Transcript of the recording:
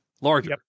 larger